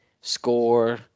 score